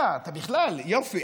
אה, יופי,